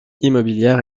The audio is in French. immobilière